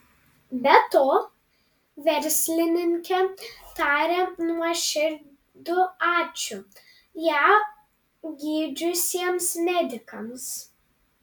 be to verslininkė taria nuoširdų ačiū ją gydžiusiems medikams